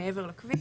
מעבר לכביש,